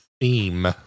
theme